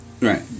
Right